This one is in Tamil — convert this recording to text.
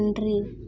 ஒன்று